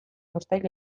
uztail